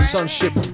Sunship